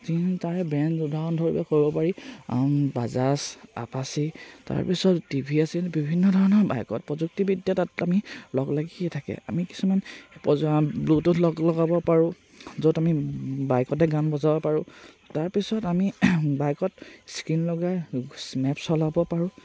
তাৰে ব্ৰেণ্ড উদাহৰণ স্বৰূপে ক'ব পাৰি বাজাজ আপাচী তাৰপিছত টিভি আছিল বিভিন্ন ধৰণৰ বাইকত প্ৰযুক্তিবিদ্যা তাত আমি লগ লাগি থাকে আমি কিছুমান ব্লুটুথ লগ লগাব পাৰোঁ য'ত আমি বাইকতে গান বজাব পাৰোঁ তাৰপিছত আমি বাইকত স্ক্ৰীণ লগাই মেপ চলাব পাৰোঁ